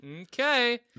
Okay